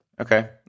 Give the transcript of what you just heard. Okay